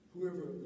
whoever